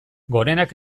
gorenak